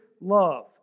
love